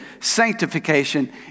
Sanctification